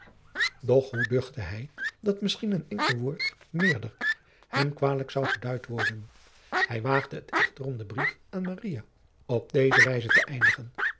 doch hoe duchtte hij dat misschien een enkel woord meerder hem kwalijk zou geduid worden hij waagde het echter om den brief aan maria op deze wijze te eindigen